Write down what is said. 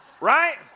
Right